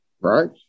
Right